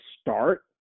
start